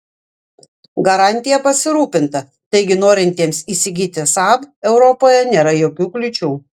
garantija pasirūpinta taigi norintiems įsigyti saab europoje nėra jokių kliūčių